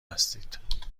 هستید